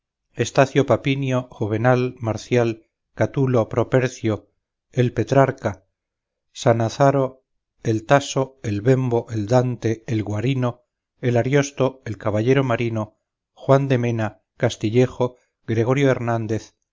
estacio papinio juvenal marcial catulo propercio el petrarca sanazaro el taso el bembo el dante el guarino el ariosto el caballero marino juan de mena castillejo gregorio hernández